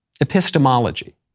epistemology